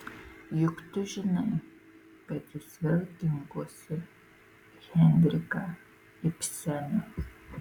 juk tu žinai kad jis vėl kinkosi henriką ibseną